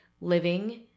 living